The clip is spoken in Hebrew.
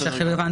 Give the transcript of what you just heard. ההערה